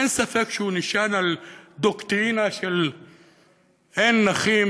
אין ספק שהוא נשען על דוקטרינה של "אין נכים,